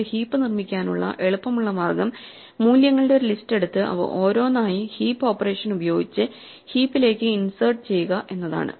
ഒരു ഹീപ്പ് നിർമ്മിക്കാനുള്ള എളുപ്പമുള്ള മാർഗ്ഗം മൂല്യങ്ങളുടെ ഒരു ലിസ്റ്റ് എടുത്തു അവ ഓരോന്നായി ഹീപ്പ് ഓപ്പറേഷൻ ഉപയോഗിച്ച് ഹീപ്പിലേക്ക് ഇൻസെർട്ട് ചെയ്യുക എന്നതാണ്